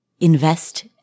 invest